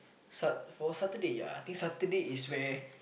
for Saturday ya I think Saturday is where